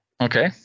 okay